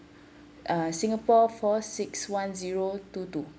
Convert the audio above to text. uh singapore four six one zero two two